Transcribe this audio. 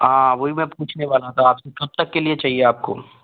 हाँ वहीं मैं पूछने वाला था आपसे कब तक के लिए चाहिए आपको